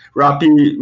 rappi,